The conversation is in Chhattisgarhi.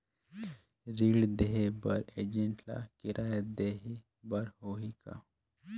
ऋण देहे बर एजेंट ला किराया देही बर होही का?